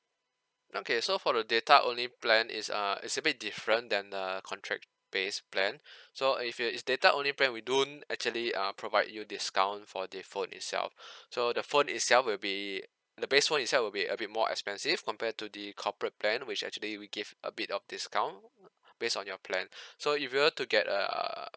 okay so for the data only plan it's a it's a bit different than the contract based plan so if you is data only plan we don't actually uh provide you discount for the phone itself so the phone itself will be the base phone itself will be a bit more expensive compared to the corporate plan which actually we gave a bit of discount based on your plan so if you were to get uh